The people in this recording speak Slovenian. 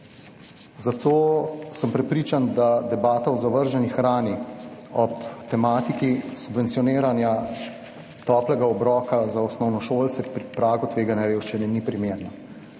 Zato sem prepričan, da debata o zavrženi hrani ob tematiki subvencioniranja toplega obroka za osnovnošolce pri pragu tveganja revščine ni primerna.